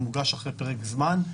הוא מוגש אחרי פרק זמן.